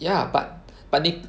ya but but 你